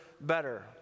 better